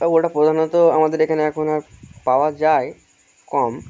তো ওটা প্রধানত আমাদের এখানে এখন আর পাওয়া যায় কম